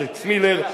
אלכס מילר,